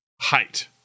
height